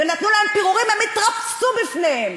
ונתנו להם פירורים, הם התרפסו בפניהם,